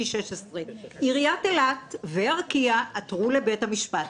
2016. עיריית אילת וארקיע עתרו לבית המשפט.